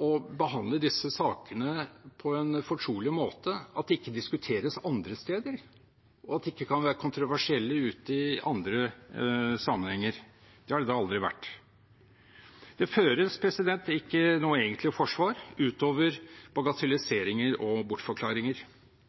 å behandle disse sakene på en fortrolig måte, at de ikke diskuteres andre steder, og at de ikke kan være kontroversielle ute i andre sammenhenger. Det har det da aldri vært. Det føres ikke noe egentlig forsvar, utover bagatelliseringer og bortforklaringer.